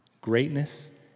Greatness